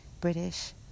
British